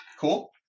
cool